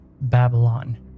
Babylon